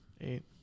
Eight